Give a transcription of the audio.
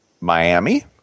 Miami